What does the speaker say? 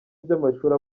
by’amashuri